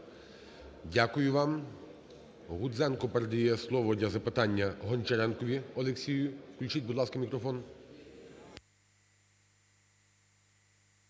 Дякую вам. Гудзенко передає слово для запитання Гончаренкові Олексію. Включіть, будь ласка, мікрофон.